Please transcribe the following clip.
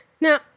Now